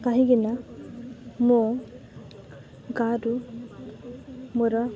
କାହିଁକିନା ମୁଁ ଗାଁରୁ ମୋର